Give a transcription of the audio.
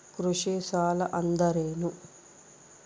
ಕೃಷಿ ಸಾಲ ಅಂದರೇನು?